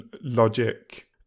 logic